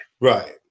Right